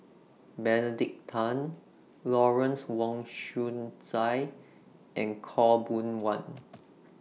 Benedict Tan Lawrence Wong Shyun Tsai and Khaw Boon Wan